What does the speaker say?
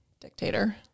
dictator